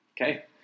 Okay